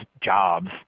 jobs